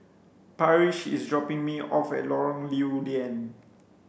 Parrish is dropping me off at Lorong Lew Lian